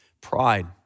Pride